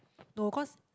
no cause